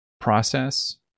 process